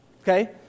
okay